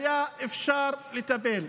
היה אפשר לטפל.